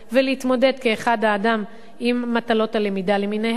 ולהתמודד כאחד האדם עם מטלות הלמידה למיניהן.